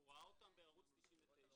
כמקובל בדיני המשפט לגבי ריחוק